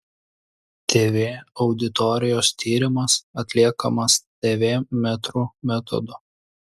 tv auditorijos tyrimas atliekamas tv metrų metodu